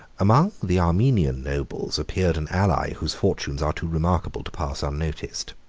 among the armenian nobles appeared an ally, whose fortunes are too remarkable to pass unnoticed.